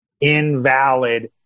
invalid